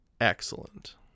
excellent